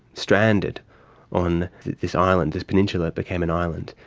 stranded on this island, this peninsula that became an island,